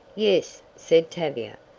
yes, said tavia,